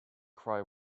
cry